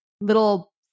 little